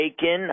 taken